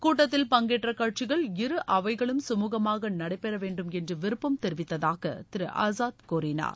கூட்டத்தில் பங்கேற்ற கட்சிகள் இரு அவைகளும் சுமூகமாக நடைபெற வேண்டும் என்று விருப்பம் தெரிவித்ததாக திரு அசாத் கூறினார்